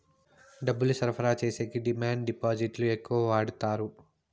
డబ్బులు సరఫరా చేసేకి డిమాండ్ డిపాజిట్లు ఎక్కువ వాడుతారు